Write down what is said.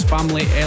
Family